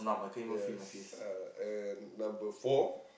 yes uh and number four